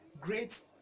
great